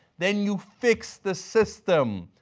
then you fix the system.